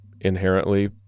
inherently